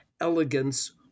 elegance